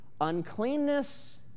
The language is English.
Uncleanness